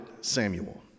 Samuel